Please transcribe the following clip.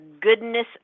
goodness